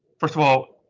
first of all,